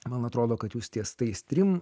man atrodo kad jūs ties tais trim